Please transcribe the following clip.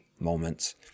moments